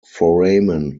foramen